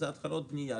של התחלות בנייה.